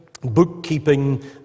bookkeeping